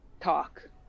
Talk